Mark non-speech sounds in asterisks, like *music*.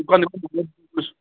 *unintelligible*